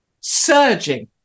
surging